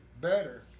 better